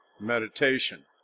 meditation